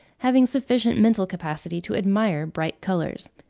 having sufficient mental capacity to admire bright colours.